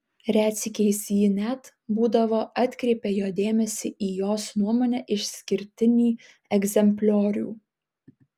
retsykiais ji net būdavo atkreipia jo dėmesį į jos nuomone išskirtinį egzempliorių